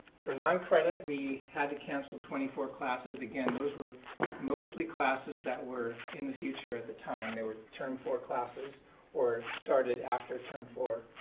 for noncredit, we had to cancel twenty four classes. again, those were mostly classes that were in the future at the time. they were term four classes or started after term four,